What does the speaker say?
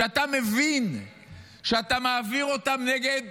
כשאתה מבין שאתה מעביר אותם נגד